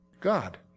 God